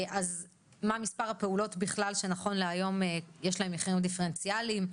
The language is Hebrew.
אז מה מספר הפעולות בכלל שנכון להיום יש להם מחירים דיפרנציאליים,